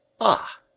Ah